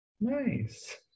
nice